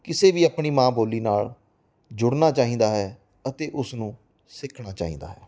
ਕਿਸੇ ਵੀ ਆਪਣੀ ਮਾਂ ਬੋਲੀ ਨਾਲ ਜੁੜਨਾ ਚਾਹੀਦਾ ਹੈ ਅਤੇ ਉਸ ਨੂੰ ਸਿੱਖਣਾ ਚਾਹੀਦਾ ਹੈ